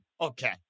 Okay